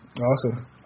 Awesome